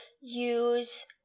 use